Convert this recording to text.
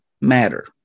matter